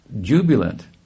jubilant